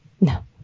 No